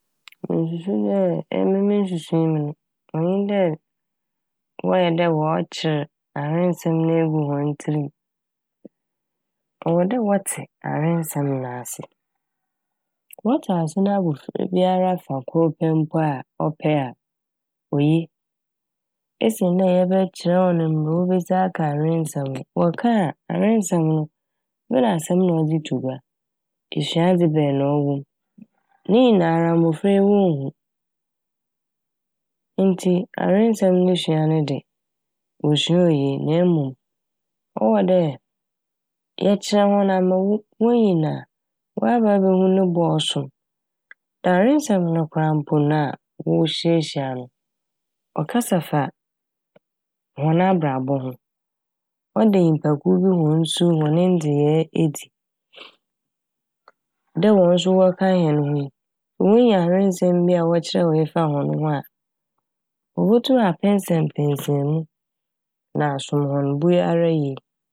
Mususu dɛ emi me nsusui mu n' onnyi dɛ wɔyɛ dɛ wɔkyer awensɛm no egu hɔn tsirm'. Ɔwɔ dɛ wɔtse awensɛm n'ase. Wɔtse ase na abofra biara fa kor pɛ mpo a ɔpɛ a oye. Esen dɛ yɛbɛkyerɛ hɔn mbrɛ wobesi aka awensɛm no wɔka a awensɛm no ebɛn asɛm na ɔdze to gua, esuadze bɛn na ɔwɔ m'. Ne nyinara mbofra yi wonnhu ntsi awensɛm ne sua ne de wosua oye na mom ɔwɔ dɛ yɛkyerɛ hɔn ama wo - wonyin a wɔaba ebohu ne bo a ɔsom. Na awensɛm no koraa mpo no a wosuasua no ɔkasa fa hɔn abrabɔ ho, ɔda nyimpakuw bi hɔn su, hɔn ndzeyɛe edzi. Dɛ hɔn so wɔka hɛn ho yi wonya awensɛm bi a wɔkyerɛwee fa hɔn ho a wobotum apɛnsɛmpɛnsɛmu na asom hɔn bo ara yie.